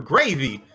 Gravy